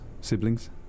Siblings